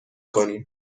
کنیم